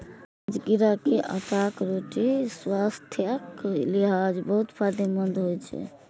राजगिरा के आटाक रोटी स्वास्थ्यक लिहाज बहुत फायदेमंद होइ छै